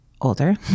older